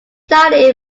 died